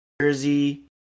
Jersey